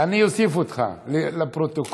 אני אוסיף אותך לפרוטוקול.